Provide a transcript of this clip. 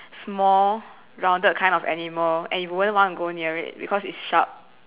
small rounded kind of animal and you wouldn't want to go near it because it's sharp